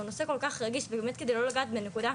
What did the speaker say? שהוא נושא כל כך רגיש ובאמת כדי לא לגעת בנקודה,